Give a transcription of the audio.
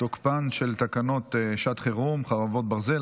תוקפן של תקנות שעת חירום (חרבות ברזל)